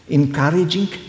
encouraging